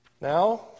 Now